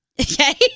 Okay